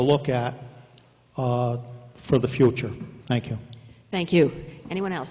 look at for the future thank you thank you anyone else